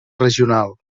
regional